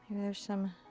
there's some.